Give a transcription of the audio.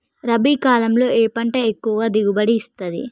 రబీ కాలంలో ఏ పంట ఎక్కువ దిగుబడి ఇస్తుంది?